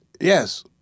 Yes